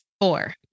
four